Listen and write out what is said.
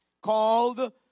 called